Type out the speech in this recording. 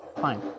fine